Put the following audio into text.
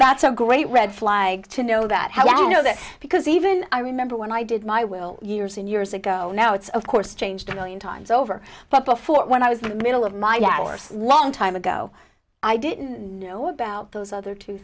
that's a great red flag to know that how do you know this because even i remember when i did my will years and years ago now it's of course changed a million times over but before when i was the middle of my dad or so long time ago i didn't know about those other two